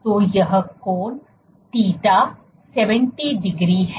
तो यह कोण थीटा θ 70 डिग्री है